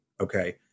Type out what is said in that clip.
okay